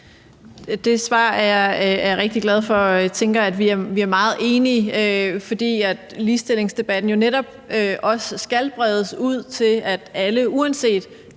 Det svar er jeg rigtig glad for, og jeg tænker, at vi er meget enige, for ligestillingsdebatten skal jo netop også bredes ud til, at alle uanset